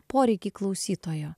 poreikį klausytojo